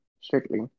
strictly